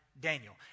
Daniel